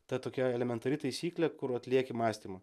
tad tokia elementari taisyklė kur atlieki mąstymą